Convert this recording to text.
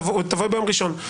תבואי ביום ראשון.